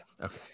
Okay